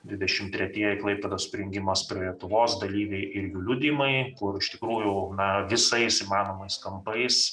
dvidešim tretieji klaipėdos prijungimas prie lietuvos dalyviai ir jų liudijimai kur iš tikrųjų na visais įmanomais kampais